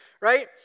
Right